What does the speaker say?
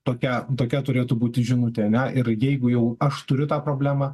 tokia tokia turėtų būti žinutė ane ir jeigu jau aš turiu tą problemą